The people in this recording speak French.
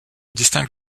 distingue